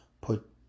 put